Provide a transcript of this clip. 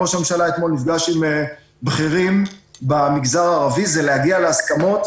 נפגש אתמול עם בכירים במגזר הערבי זה להגיע להסכמות,